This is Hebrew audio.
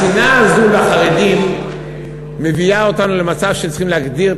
השנאה הזאת לחרדים מביאה אותנו למצב שצריך להגדיר,